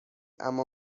اما